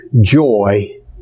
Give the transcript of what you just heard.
joy